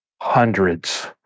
hundreds